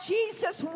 Jesus